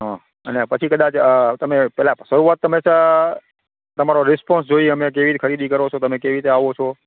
હ અને પછી કદાચ તમે પેલા શરૂઆત તમે સ તમારો રિસ્પોન્સ જોઈએ અમે કેવી ખરીદી કરો છો કેવી રીતે આવો છો